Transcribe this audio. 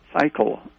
cycle